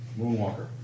Moonwalker